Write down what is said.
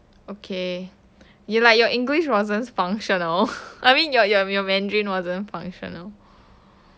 okay you like your english wasn't functional I mean your your mandarin wasn't functional